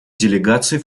делегаций